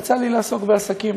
יצא לי לעסוק בעסקים.